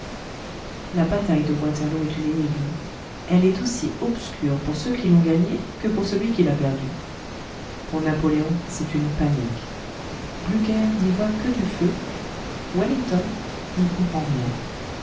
la bataille de waterloo est une énigme elle est aussi obscure pour ceux qui l'ont gagnée que pour celui qui l'a perdue pour napoléon c'est une panique blücher n'y voit que du feu wellington n'y comprend rien